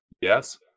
Yes